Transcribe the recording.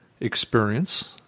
Experience